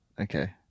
Okay